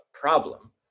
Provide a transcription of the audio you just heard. problem